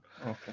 Okay